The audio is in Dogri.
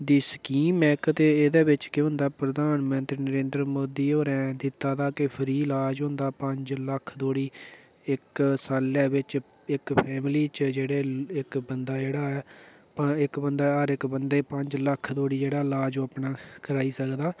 दी स्कीम ऐ इक ते एह्दे बिच्च केह् होंदा प्रधानमन्त्री नरेंद्र मोदी होरें दित्ता दा कि फ्री ईलाज होंदा पंज लक्ख धोड़ी इक सालै बिच्च इक फैमिली च जेह्ड़े इक बन्दा जेह्ड़ा ऐ इक बन्दे हर इक बन्दे पंज लक्ख धोड़ी जेह्ड़ा ईलाज ओह् अपना कराई सकदा